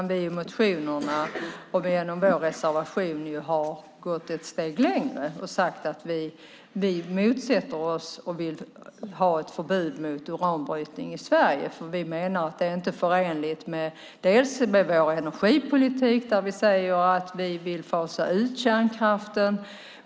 Men vi har i motionerna och genom vår reservation gått ett steg längre och sagt att vi vill ha ett förbud mot uranbrytning i Sverige. Vi menar bland annat att det inte är förenligt med vår energipolitik, där vi säger att vi vill fasa ut kärnkraften.